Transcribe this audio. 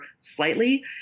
slightly